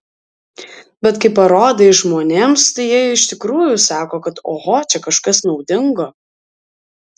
bet kai parodai žmonėms tai jie iš tikrųjų sako kad oho čia kažkas naudingo